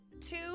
two